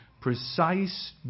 precise